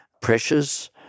pressures